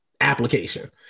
application